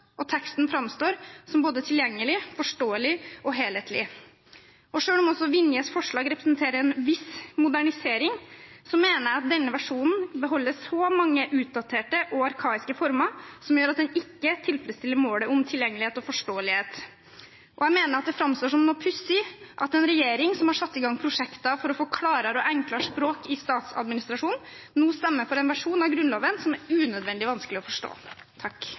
og teksten framstår som både tilgjengelig, forståelig og helhetlig. Selv om også Vinjes forslag representerer en viss modernisering, mener jeg denne versjonen beholder så mange utdaterte og arkaiske former at den ikke tilfredsstiller målet om tilgjengelighet og forståelighet. Jeg mener også at det framstår som noe pussig at en regjering som har satt i gang prosjekter for å få klarere og enklere språk i statsadministrasjonen, nå stemmer for en versjon av Grunnloven som er unødvendig vanskelig å forstå.